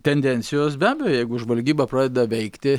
tendencijos be abejo jeigu žvalgyba pradeda veikti